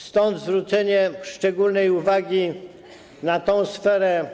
Stąd zwrócenie szczególnej uwagi na tą sferę.